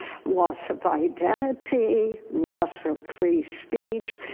loss of identity, loss of free speech,